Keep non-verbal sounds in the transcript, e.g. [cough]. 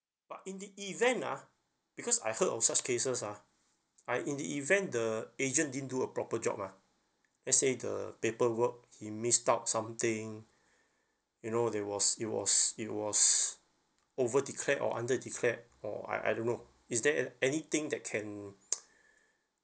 ya but in the event ah because I heard of such cases ah like in the event the agent didn't do a proper job ah let's say the paperwork he missed out something you know there was it was it was overdeclared or underdeclared or I I don't know is there a~ anything that can [noise]